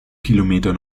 kilometer